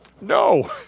No